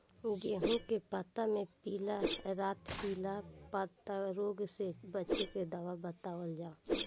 गेहूँ के पता मे पिला रातपिला पतारोग से बचें के दवा बतावल जाव?